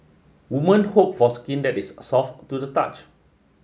woman hope for skin that is soft to the touch